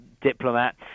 diplomat